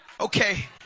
okay